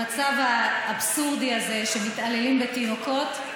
המצב האבסורדי הזה שמתעללים בתינוקות,